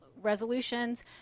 resolutions